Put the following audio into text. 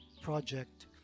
project